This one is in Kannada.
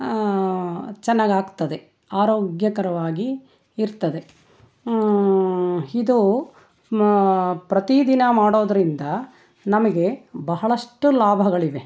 ಚೆನ್ನಾಗಿ ಆಗ್ತದೆ ಆರೋಗ್ಯಕರವಾಗಿ ಇರ್ತದೆ ಇದು ಪ್ರತಿದಿನ ಮಾಡೋದರಿಂದ ನಮಗೆ ಬಹಳಷ್ಟು ಲಾಭಗಳಿವೆ